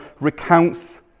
recounts